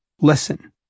listen